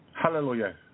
Hallelujah